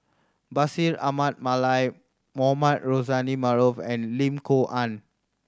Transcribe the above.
Bashir Ahmad Mallal Mohamed Rozani Maarof and Lim Kok Ann